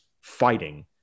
fighting